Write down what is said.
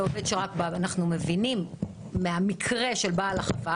אנחנו מבינים מהמקרה של בעל החווה